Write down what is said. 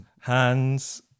hands